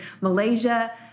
Malaysia